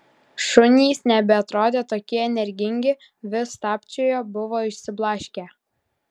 šunys nebeatrodė tokie energingi vis stabčiojo buvo išsiblaškę